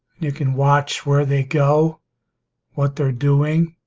you can watch where they go what they're doing